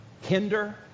hinder